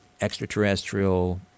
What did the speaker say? extraterrestrial